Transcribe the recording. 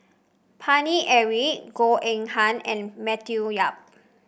Paine Eric Goh Eng Han and Matthew Yap